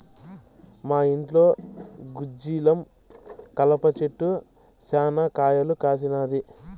మా ఇంట్లో గుగ్గిలం కలప చెట్టు శనా కాయలు కాసినాది